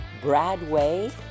Bradway